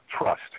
trust